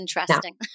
Interesting